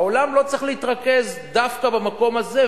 העולם לא צריך להתרכז דווקא במקום הזה,